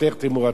תמורתך.